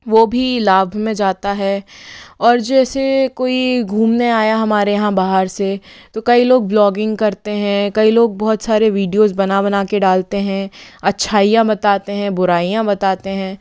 वो भी लाभ में जाता है और जैसे कोई घूमने आया हमारे यहाँ बाहर से तो कई लोग ब्लौगिंग करते हैं कई लोग बहऊत सारे विडिओज़ बना बना के डालते हैं अच्छाइयाँ बताते हैं बुराइयाँ बताते हैं